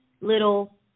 little